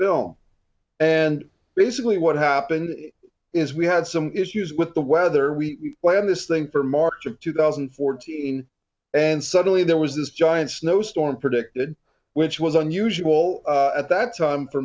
film and basically what happened is we had some issues with the weather we planned this thing for march of two thousand and fourteen and suddenly there was this giant snowstorm predicted which was unusual at that time for